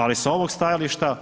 Ali, sa ovog stajališta,